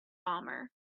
bomber